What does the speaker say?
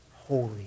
holy